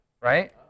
right